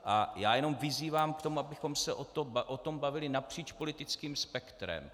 A já jenom vyzývám k tomu, abychom se o tom bavili napříč politickým spektrem.